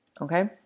Okay